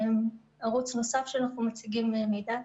זה ערוץ נוסף שבו אנחנו מציגים מידע,